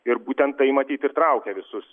ir būtent tai matyt ir traukia visus